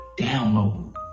download